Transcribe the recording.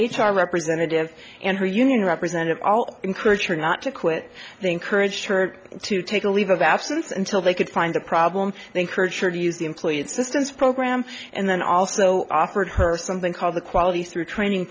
r representative and her union representative all encourage her not to quit they encouraged her to take a leave of absence until they could find a problem they encourage her to use the employee assistance program and then also offered her something called the quality through training